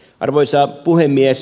arvoisa puhemies